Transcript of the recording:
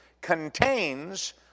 contains